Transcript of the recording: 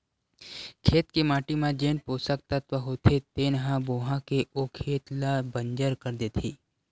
खेत के माटी म जेन पोसक तत्व होथे तेन ह बोहा के ओ खेत ल बंजर कर देथे